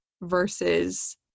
versus